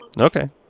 okay